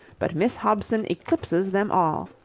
but miss hobson eclipses them all.